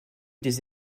des